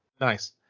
Nice